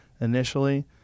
initially